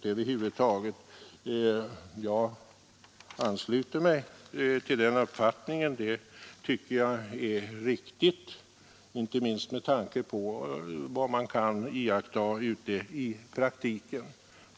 Jag ansluter mig till den uppfattningen.